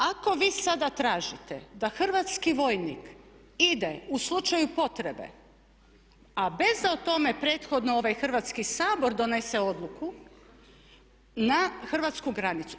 Ako vi sada tražite da hrvatski vojnik ide u slučaju potrebe a bez da o tome prethodno ovaj Hrvatski sabor donese odluku na hrvatsku granicu.